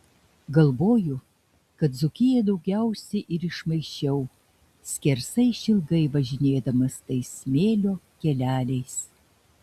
galvoju kad dzūkiją daugiausiai ir išmaišiau skersai išilgai važinėdamas tais smėlio keleliais